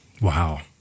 Wow